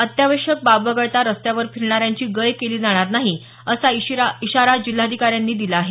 अत्यावश्यक बाब वगळता रस्त्यावर फिरणाऱ्यांची गय केली जाणार नाही असा इशारा जिल्हाधिकारी डॉ विपिन ईटनकर यांनी दिला आहे